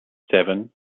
seven